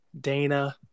Dana